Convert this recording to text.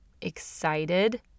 excited